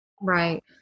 Right